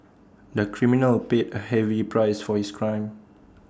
the criminal paid A heavy price for his crime